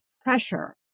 pressure